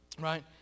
right